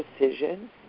decision